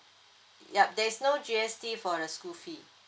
yup there's no G_S_T for a school fee